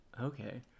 Okay